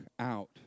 out